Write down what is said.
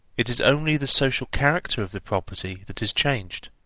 it is only the social character of the property that is changed.